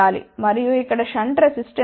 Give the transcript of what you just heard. మరియు ఇక్కడ shunt resistance ఉంది